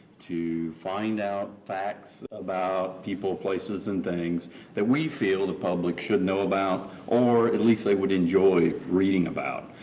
to find out facts about people, places and things that we feel the public should know about or at least they would enjoy reading about.